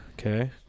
Okay